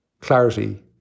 clarity